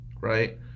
right